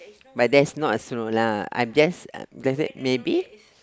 but that's not a snow lah I just uh just maybe